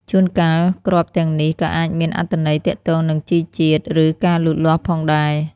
ជួនកាល គ្រាប់ទាំងនេះក៏អាចមានអត្ថន័យទាក់ទងនឹងជីជាតិ ឬការលូតលាស់ផងដែរ។